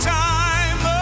time